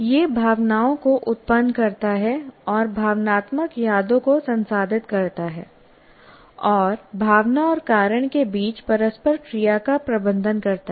यह भावनाओं को उत्पन्न करता है और भावनात्मक यादों को संसाधित करता है और भावना और कारण के बीच परस्पर क्रिया का प्रबंधन करता है